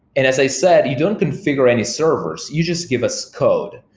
and as i said, you don't configure any servers. you just give us code.